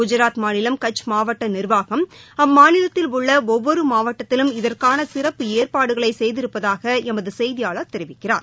குஜராத் மாநிலம் கட்ச் மாவட்ட நிர்வாகம் அம்மாநிலத்தில் உள்ள ஒவ்வொரு மாவட்டத்திலும் இதற்கான சிறப்பு ஏற்பாடுகளை செய்திருப்பதாக எமது செய்தியாளர் தெரிவிக்கிறார்